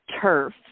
turf